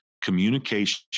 Communication